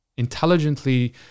intelligently